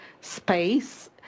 space